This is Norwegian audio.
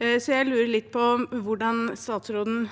Så jeg lurer litt på hvilke signaler statsråden